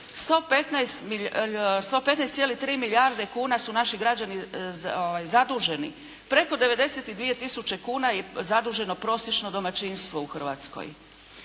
115,3 milijarde kuna su naši građani zaduženi, preko 92 tisuće kuna je zaduženo prosječno domaćinstvo u Hrvatskoj.